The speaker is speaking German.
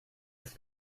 ist